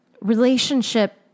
relationship